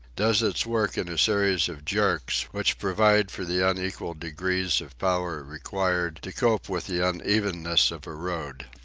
does its work in a series of jerks which provide for the unequal degrees of power required to cope with the unevenness of a road.